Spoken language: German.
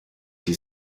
die